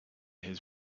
his